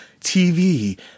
TV